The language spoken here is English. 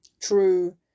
true